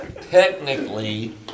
technically